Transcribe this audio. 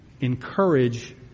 encourage